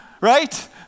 Right